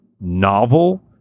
novel